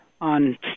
on